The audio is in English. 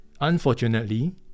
Unfortunately